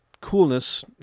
coolness